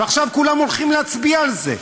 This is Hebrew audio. ועכשיו כולם הולכים להצביע על זה.